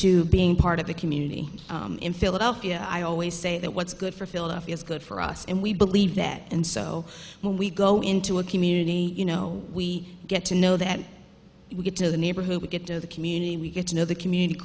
to being part of the community in philadelphia i always say that what's good for philadelphia is good for us and we believe that and so when we go into a community you know we get to know that we get to the neighborhood we get to the community we get to know the community